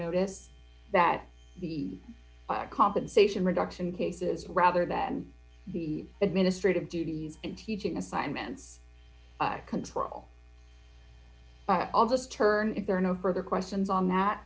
notice that the compensation reduction cases rather than the administrative duties and teaching assignments control by august term if there are no further questions on that